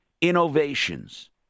Innovations